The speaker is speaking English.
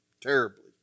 terribly